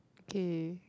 okay eh